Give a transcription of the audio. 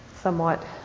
somewhat